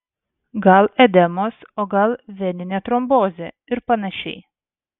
gal edemos o gal veninė trombozė ir panašiai